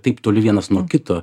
taip toli vienas nuo kito